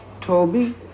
Toby